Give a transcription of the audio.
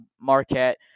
Marquette